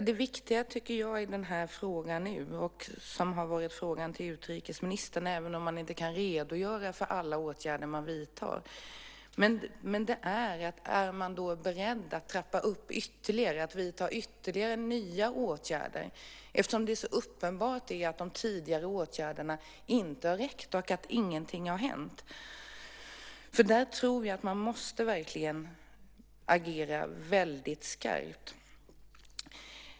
Fru talman! Det viktiga i den här frågan, det som har varit frågan till utrikesministern, även om man inte kan redogöra för alla åtgärder man vidtar, är om man är beredd att trappa upp ytterligare. Är man beredd att vidta nya åtgärder, eftersom det är så uppenbart att de tidigare åtgärderna inte har räckt? Ingenting har ju hänt. Där tror jag att man måste agera väldigt skarpt.